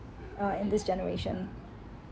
uh in this generation